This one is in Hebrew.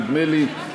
נדמה לי,